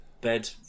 bed